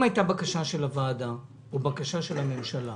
אם הייתה בקשה של הוועדה או בקשה של הממשלה